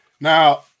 Now